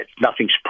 nothing's